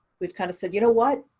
we've kind of said you know what,